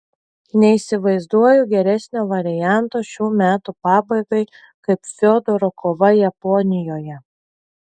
neįsivaizduoju geresnio varianto šių metų pabaigai kaip fiodoro kova japonijoje